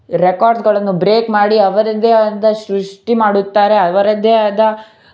ರೆಕಾರ್ಡ್ಸ್ಗಳನ್ನು break ಮಾಡಿ ಅವರದ್ದೇ ಆದ ಸೃಷ್ಠಿ ಮಾಡುತ್ತಾರೆ ಅವರದ್ದೇ ಆದ